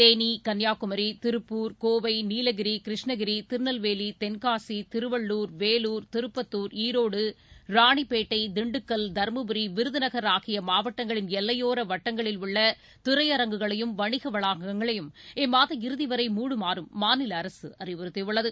தேனி கன்னியாகுமரி திருப்பூர் கோவை நீலகிரி கிருஷ்ணகிரி திருநெல்வேலி தென்காசி திருவள்ளுர் வேலூர் திருப்பத்தூர் ஈரோடு ராணிப்பேட்டை திண்டுக்கல் தர்மபுரி விருதுநகர் ஆகிய மாவட்டங்களின் எல்லையோர வட்டங்களில் உள்ள திரையரங்குகளையும் வணிக வளாகங்களையும் இம்மாத இறுதிவரை மூடுமாறும் மாநில அரசு அறிவுறுத்தியுள்ளது